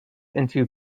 into